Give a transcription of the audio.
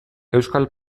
euskal